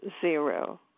zero